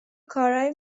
کارایی